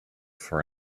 for